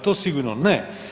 To sigurno ne.